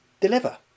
deliver